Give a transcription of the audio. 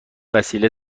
وسیله